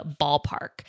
ballpark